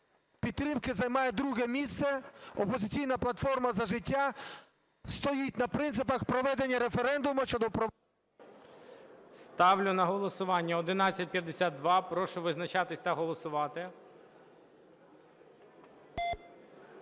підтримки займає друге місце, "Опозиційна платформа - За життя" стоїть на принципах проведення референдуму щодо… ГОЛОВУЮЧИЙ. Ставлю на голосування 1152. Прошу визначатись та голосувати.